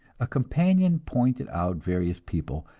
a companion pointed out various people,